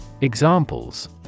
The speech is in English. Examples